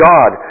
God